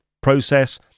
process